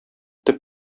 төп